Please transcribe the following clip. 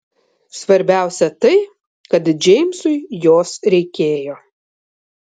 svarbiausia tai kad džeimsui jos reikėjo